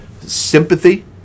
sympathy